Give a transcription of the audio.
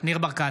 ניר ברקת,